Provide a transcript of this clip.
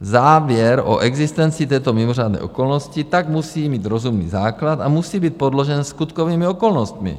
Závěr o existenci této mimořádné okolnosti tak musí mít rozumný základ a musí být podložen skutkovými okolnostmi.